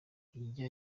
ntijya